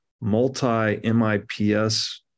multi-MIPS